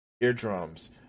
eardrums